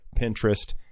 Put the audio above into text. Pinterest